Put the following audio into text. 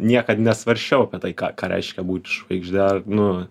niekad nesvarsčiau apie tai ką ką reiškia būt žvaigžde nu